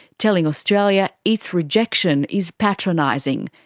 telling australia its rejection is patronising.